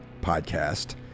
podcast